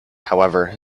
however